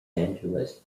angeles